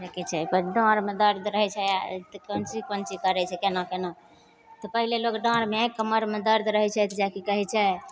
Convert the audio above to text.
देखै छै डाँढ़मे दरद रहै छै तऽ कोन चीज कोन चीज करै छै कोना कोना तऽ पहिले लोक डाँढ़मे कमरमे दरद रहै छै जै के कहै छै